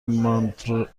ماندارین